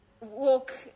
walk